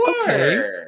okay